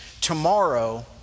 tomorrow